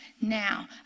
Now